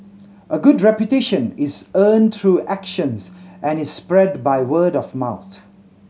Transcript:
a good reputation is earned through actions and is spread by word of mouth